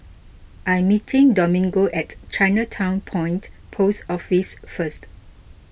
I'm meeting Domingo at Chinatown Point Post Office first